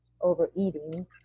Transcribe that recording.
overeating